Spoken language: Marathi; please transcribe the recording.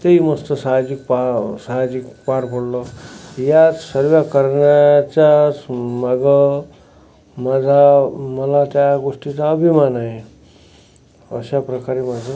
तेही मस्त साहजिकपा साहजिक पार पडलं या सर्व करण्याचा माझा माझा मला त्या गोष्टीचा अभिमान आहे अशा प्रकारे माझं